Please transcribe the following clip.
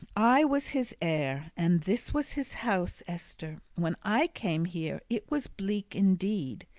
i was his heir, and this was his house, esther. when i came here, it was bleak indeed.